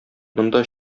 монда